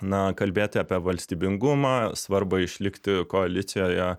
na kalbėti apie valstybingumą svarbą išlikti koalicijoje